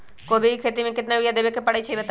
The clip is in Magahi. कोबी के खेती मे केतना यूरिया देबे परईछी बताई?